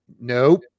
nope